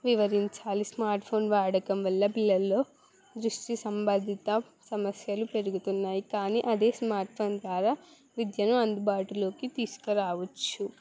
వివరించాలి స్మార్ట్ఫోన్ వాడకం వల్ల పిల్లల్లో దృష్టి సంబంధిత సమస్యలు పెరుగుతున్నాయి కానీ అదే స్మార్ట్ఫోన్ ద్వారా విద్యను అందుబాటులోకి తీసుకురావచ్చు